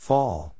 Fall